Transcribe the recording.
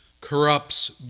corrupts